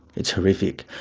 it's horrific.